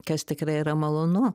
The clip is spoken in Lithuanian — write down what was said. kas tikrai yra malonu